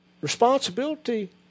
Responsibility